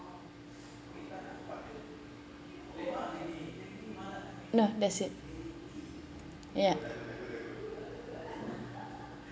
no that's it ya